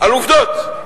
על עובדות.